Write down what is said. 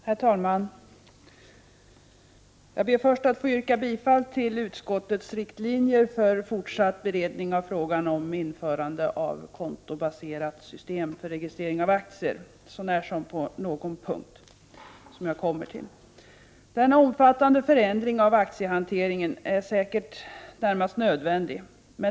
Herr talman! Jag ber först att få yrka bifall till utskottets hemställan med riktlinjer för fortsatt beredning av frågan om införande av ett kontobaserat system för registrering av aktier m.m., så när som på någon punkt, som jag kommer till. Denna omfattande förändring av aktiehanteringen är säkert närmast nödvändig.